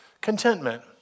Contentment